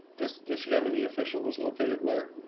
this this yemeni official is located where?